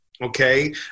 okay